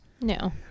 No